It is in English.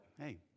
hey